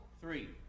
three